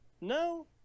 No